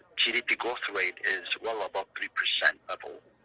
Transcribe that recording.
gdp growth rate is well-above three percent level.